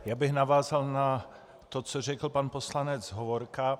Já bych navázal na to, co řekl pan poslanec Hovorka.